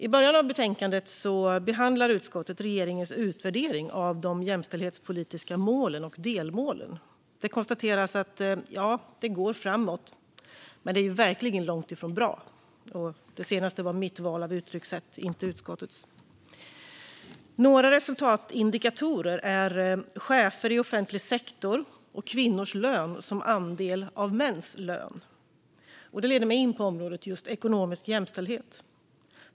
I början av betänkandet behandlar utskottet regeringens utvärdering av de jämställdhetspolitiska målen och delmålen, och man konstaterar att det går framåt - men det är verkligen långt ifrån bra. Det senare är mitt val av uttryckssätt, inte utskottets. Några resultatindikatorer är chefer i offentlig sektor och kvinnors lön som andel av mäns lön, vilket leder mig in på området ekonomisk jämställdhet.